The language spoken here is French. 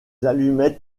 allumettes